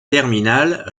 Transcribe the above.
terminale